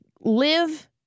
live